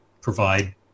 provide